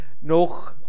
noch